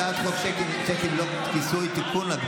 הצעת חוק שיקים ללא כיסוי (תיקון,